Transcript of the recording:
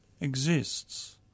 exists